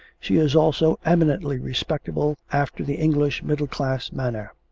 she is also eminently respectable after the english middle-class manner.